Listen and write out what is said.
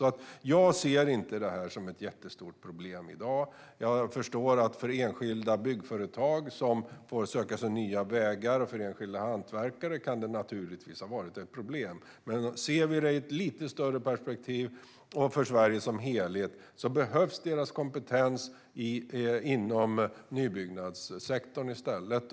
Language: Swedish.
Jag ser inte detta som ett jättestort problem i dag. Jag förstår naturligtvis att det kan vara ett problem för enskilda byggföretag och enskilda hantverkare, som får söka sig nya vägar, men om vi ser det i ett lite större perspektiv och för Sverige som helhet behövs deras kompetens inom nybyggnadssektorn i stället.